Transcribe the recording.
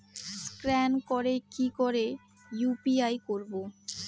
Scan করে কি করে ইউ.পি.আই করবো?